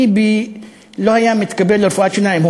טיבי לא היה מתקבל לרפואה,